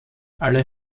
alle